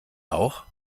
auch